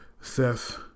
Seth